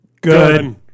Good